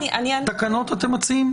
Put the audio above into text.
תקנות אתם מציעים?